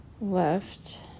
left